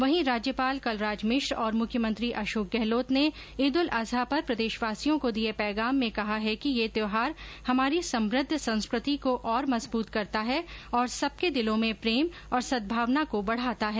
वहीं राज्यपाल कलराज मिश्र और मुख्यमंत्री अशोक गहलोत ने ईद उल अजहा पर प्रदेशवासियों को दिए पैगाम में कहा है कि ये त्यौहार हमारी समृद्ध संस्कृ ति को और मजबूत करता है और सबके दिलों में प्रेम और सद्भावना को बढ़ाता है